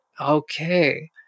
Okay